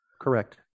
Correct